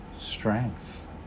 strength